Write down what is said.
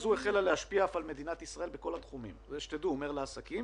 וזו החלה להשפיע אף על מדינת ישראל בכל התחומים הוא אומר לעסקים